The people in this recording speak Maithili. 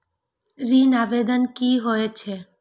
ऋण आवेदन की होय छै?